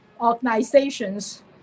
organizations